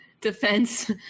defense